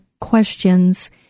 questions